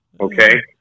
okay